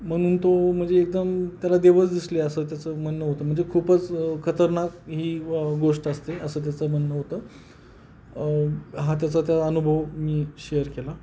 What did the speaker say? म्हणून तो म्हणजे एकदम त्याला देवचं दिसले असं त्याचं म्हणणं होतं म्हणजे खूपच खतरनाक ही गोष्ट असते असं त्याचं म्हणणं होतं हा त्याचा त्या अनुभव मी शेअर केला